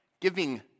giving